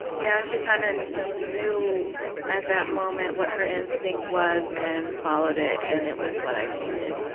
yeah, she kind of and knew at that moment what her instinct was and followed it, and it was what i needed.